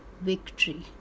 victory